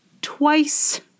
twice